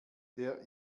der